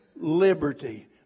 liberty